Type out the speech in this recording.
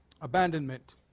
abandonment